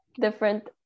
different